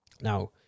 Now